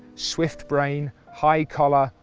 swift brain, high collar,